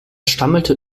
stammelte